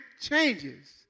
changes